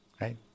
Right